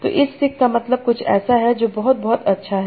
तो इस सिक का मतलब कुछ ऐसा है जो बहुत बहुत अच्छा है